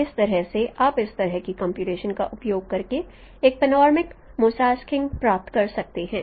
तो इस तरह से आप इस तरह की कंप्यूटेशन का उपयोग करके एक पनोरमिक मोसाईकिंग प्राप्त कर सकते हैं